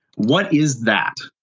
what is that?